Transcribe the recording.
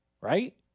Right